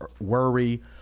worry